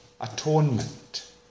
atonement